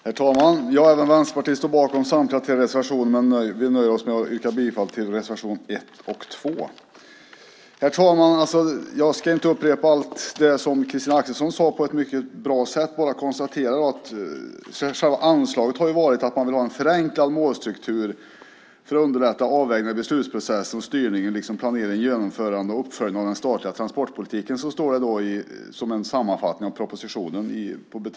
Herr talman! Även Vänsterpartiet står bakom samtliga tre reservationer, men vi nöjer oss med att yrka bifall till reservationerna 1 och 2. Herr talman! Jag ska inte upprepa allt som Christina Axelsson sade på ett mycket bra sätt utan bara konstatera att själva anslaget har varit att man vill ha en förenklad målstruktur för att underlätta avvägningar i beslutsprocessen och styrningen liksom planeringen, genomförandet och uppföljningen av den statliga transportpolitiken. Så står det i betänkandet på s. 4 som en sammanfattning av propositionen.